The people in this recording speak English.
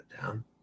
down